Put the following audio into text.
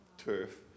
turf